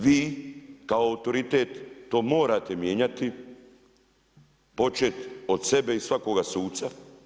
Vi kao autoritet to morate mijenjati, počet od sebe i svakoga suca.